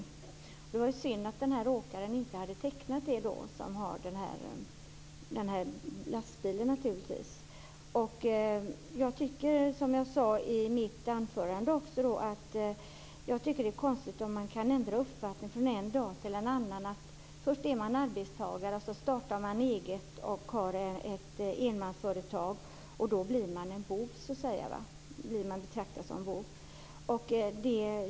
Det var ju naturligtvis synd att den här åkaren med lastbilen inte hade tecknat en sådan. Som jag sade i mitt anförande tycker jag att det är konstigt att man kan ändra uppfattning från en dag till en annan. Först är en person arbetstagare, och sedan startar han eget och har ett enmansföretag - och då blir han betraktad som en bov.